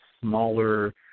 smaller